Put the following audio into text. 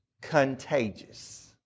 contagious